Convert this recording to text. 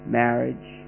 marriage